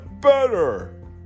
better